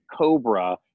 Cobra